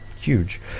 huge